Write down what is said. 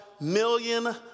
million